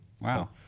Wow